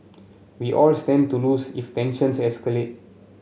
we all stand to lose if tensions escalate